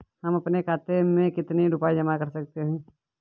हम अपने खाते में कितनी रूपए जमा कर सकते हैं?